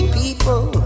people